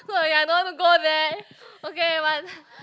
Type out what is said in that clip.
already I don't want to go there okay but